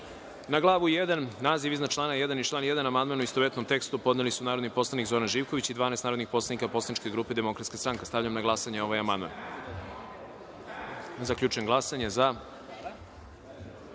Glavu 1, naziv člana 1. i član 1. amandman, u istovetnom tekstu, podneli su narodni poslanik Zoran Živković i 12 narodnih poslanika poslaničke grupe Demokratska stranka. Stavljam na glasanje ovaj amandman. Zaključujem glasanje i